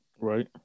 Right